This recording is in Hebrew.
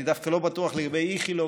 אני דווקא לא בטוח לגבי איכילוב,